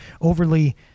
overly